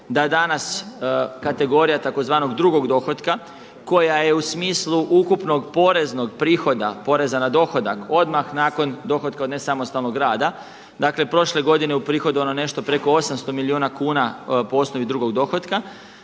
da danas kategorija tzv. drugog dohotka koja je u smislu ukupnog poreznog prihoda poreza na dohodak odmah nakon dohotka od nesamostalnog rada. Dakle, prošle godine uprihodovano je nešto preko 800 milijuna kuna po osnovi drugog dohotka,